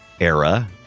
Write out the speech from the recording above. Era